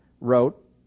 wrote